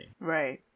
Right